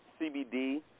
CBD